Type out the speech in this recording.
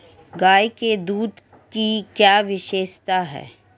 गाय के दूध की क्या विशेषता है?